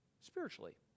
spiritually